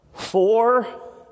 Four